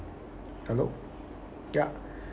hello ya